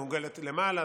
מעוגל למעלה.